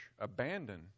abandon